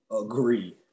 agree